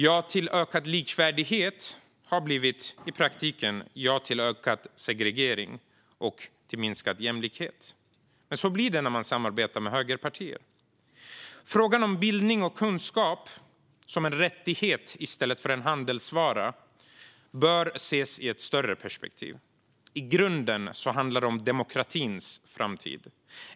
Ja till ökad likvärdighet har i praktiken blivit ja till ökad segregering och minskad jämlikhet. Så blir det när man samarbetar med högerpartier. Frågan om bildning och kunskap som en rättighet i stället för en handelsvara bör ses i ett större perspektiv. I grunden handlar det om demokratins framtid.